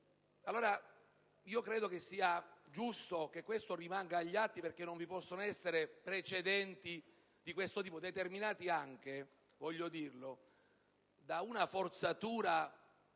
Credo quindi sia giusto che ciò rimanga agli atti, perché non vi possono essere precedenti di questo tipo, determinati anche, voglio dirlo, da una forzatura